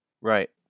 Right